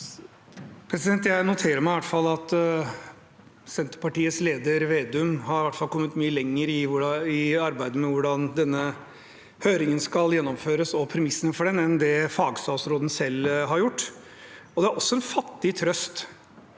Jeg noterer meg i hvert fall at Senterpartiets leder, Vedum, har kommet mye lenger i arbeidet med hvordan denne høringen skal gjennomføres, og premissene for den, enn det fagstatsråden selv har. Det er også en fattig trøst